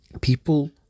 People